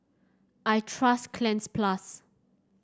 I trust Cleanz Plus